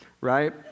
right